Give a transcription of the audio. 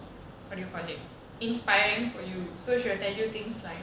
what do you call it inspiring for you so she'll tell you things like